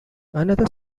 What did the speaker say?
another